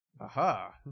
Aha